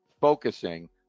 focusing